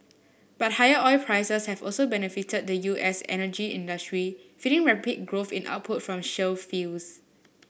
but higher oil prices have also benefited the U S energy industry feeding rapid growth in output from shale fields